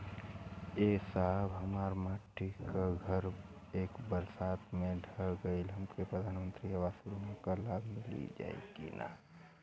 ए साहब हमार माटी क घर ए बरसात मे ढह गईल हमके प्रधानमंत्री आवास योजना क लाभ मिल जाई का?